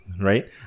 right